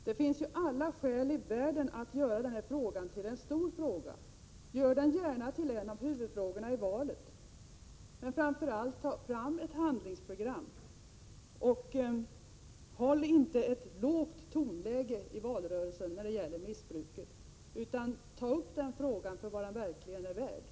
Det finns alla skäl i världen att göra denna fråga till en mycket stor fråga. Gör den gärna till en huvudfråga i valet, men ta framför allt fram ett handlingsprogram! Ha inte ett lågt tonläge i valrörelsen när missbruksfrågor diskuteras! Diskutera frågorna på det sätt som de är värda att bli diskuterade!